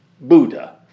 Buddha